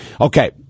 Okay